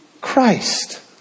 Christ